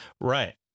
Right